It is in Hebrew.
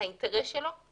האינטרס שלו הוא